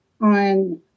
on